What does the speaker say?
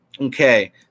Okay